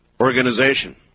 organization